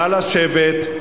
נא לשבת.